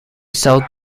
sold